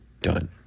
done